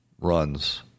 runs